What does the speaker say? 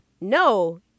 No